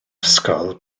ysgol